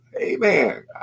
Amen